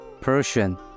Persian